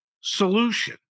solution